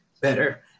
better